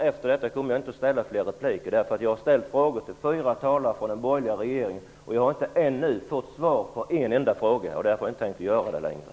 Efter detta kommer jag inte att ta fler repliker. Jag har ställt frågor till fyra talare från regeringspartier, och jag har ännu inte fått svar på en enda fråga. Därför vill jag inte fråga mer.